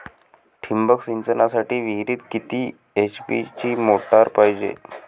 ठिबक सिंचनासाठी विहिरीत किती एच.पी ची मोटार पायजे?